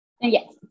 Yes